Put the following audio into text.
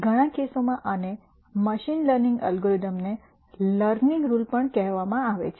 ઘણા કેસોમાં આને મશીન લર્નિંગ એલ્ગોરિધમ્સમાં લર્નિંગ રુલ પણ કહેવામાં આવે છે